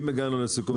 אם לא הגענו לסיכום,